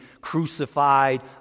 crucified